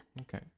Okay